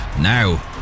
now